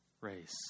race